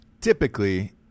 Typically